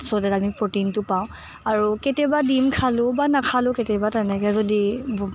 ছ' that আমি প্ৰ'টিনটো পাওঁ আৰু কেতিয়াবা ডিম খালোঁ বা নাখালোঁ কেতিয়াবা তেনেকৈ যদি বু